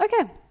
Okay